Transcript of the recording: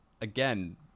again